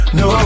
no